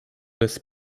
bez